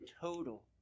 total